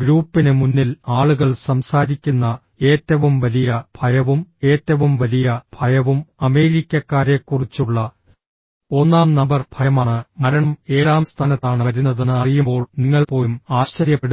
ഗ്രൂപ്പിന് മുന്നിൽ ആളുകൾ സംസാരിക്കുന്ന ഏറ്റവും വലിയ ഭയവും ഏറ്റവും വലിയ ഭയവും അമേരിക്കക്കാരെക്കുറിച്ചുള്ള ഒന്നാം നമ്പർ ഭയമാണ് മരണം ഏഴാം സ്ഥാനത്താണ് വരുന്നതെന്ന് അറിയുമ്പോൾ നിങ്ങൾ പോലും ആശ്ചര്യപ്പെടും